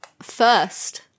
first